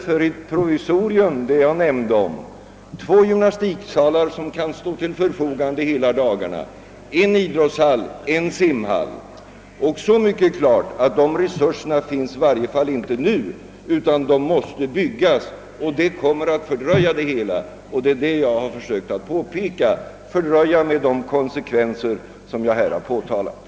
För det provisorium jag nämnde behövs två gymnastiksalar, som kan stå till förfogande hela dagarna, en idrottshall och en simhall. Och så mycket är klart, att de resurserna finns i varje fall inte nu; dessa anläggningar måste byggas, och det kommer att fördröja det hela med de konsekvenser jag har pekat på.